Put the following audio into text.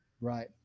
right